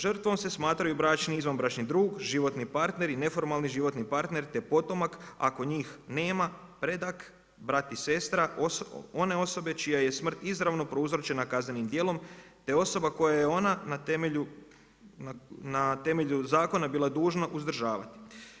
Žrtvom se smatraju bračni i izvanbračni drug, životni partner i neformalni životni partner, te potomak ako njih nema, predak, brat i sestra, one osobe čija je smrt izravno prouzročena kaznenim djelom te osoba kojoj je ona na temelju zakona bila dužna uzdržavati.